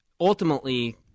Ultimately